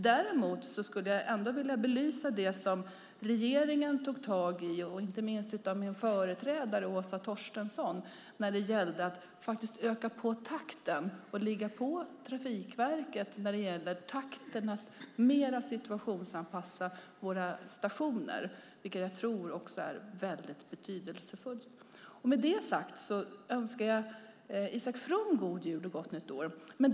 Jag skulle vilja belysa det som regeringen tog tag i, och inte minst min företrädare Åsa Torstensson, när det gäller att öka på takten och ligga på Trafikverket för att mer situationsanpassa våra stationer. Det tror jag också är väldigt betydelsefullt. Med det sagt önskar jag Isak From en god jul och ett gott nytt år!